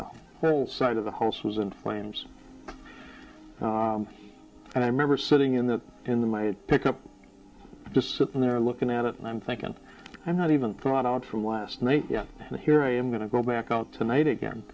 the side of the house was in flames and i remember sitting in the in the my pickup just sitting there looking at it and i'm thinking i'm not even caught out from last night yet and here i am going to go back out tonight again